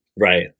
Right